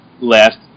last